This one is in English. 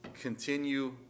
continue